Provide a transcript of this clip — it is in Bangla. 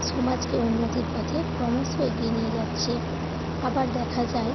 সমাজকে উন্নতির পথে ক্রমশ এগিয়ে নিয়ে যাচ্ছে আবার দেখা যায়